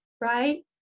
right